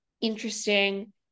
interesting